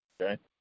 Okay